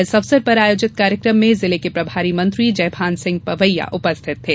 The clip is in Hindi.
इस अवसर पर आयोजित कार्यक्रम में जिले के प्रभारी मंत्री जयभान सिंह पवैया उपस्थित थे